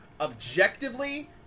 objectively